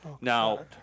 Now